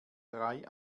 drei